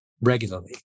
regularly